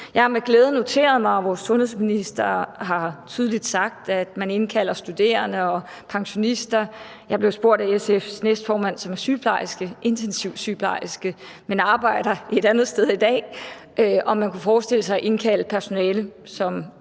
Jeg har med glæde noteret mig, at vores sundhedsminister tydeligt har sagt, at man indkalder studerende og pensionister. Jeg blev spurgt af SF's næstformand, som er intensivsygeplejerske, men arbejder et andet sted i dag, om man kunne forestille sig at indkalde personale som